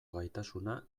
gaitasuna